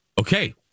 Okay